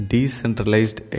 Decentralized